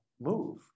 move